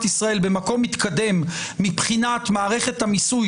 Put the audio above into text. ישראל במקום מתקדם מבחינת מערכת המיסוי,